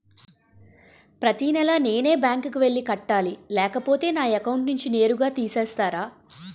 ప్రతి నెల నేనే బ్యాంక్ కి వెళ్లి కట్టాలి లేకపోతే నా అకౌంట్ నుంచి నేరుగా తీసేస్తర?